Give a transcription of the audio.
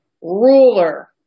ruler